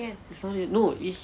it's not that no it's